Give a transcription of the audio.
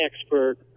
expert